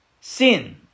sin